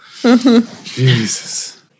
Jesus